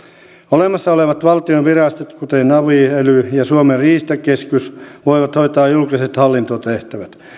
olemassa olevat valtionvirastot kuten avit elyt ja suomen riistakeskus voivat hoitaa julkiset hallintotehtävät